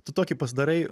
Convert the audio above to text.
tu tokį pasidarai